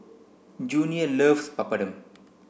Junior loves Papadum